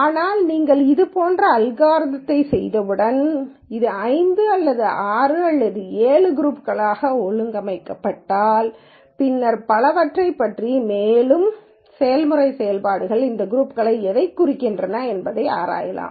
ஆனால் நீங்கள் இது போன்ற ஒரு அல்காரிதம்யைச் செய்தவுடன் இது 5 அல்லது 6 அல்லது 7 குரூப்ஸ்களாக ஒழுங்கமைக்கப்படலாம் பின்னர் பலவற்றில் பற்றி மேலும் செயல்முறைச் செயல்பாடுகள் இந்த குரூப்ஸ் எதைக் குறிக்கக்கூடும் என்பதை ஆராயலாம்